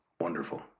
Wonderful